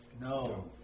No